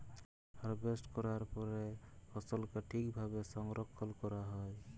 harvest ক্যরার পরে ফসলকে ঠিক ভাবে সংরক্ষল ক্যরা হ্যয়